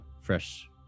fresh